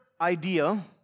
idea